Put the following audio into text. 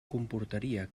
comportaria